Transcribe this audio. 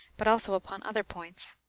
but also upon other points.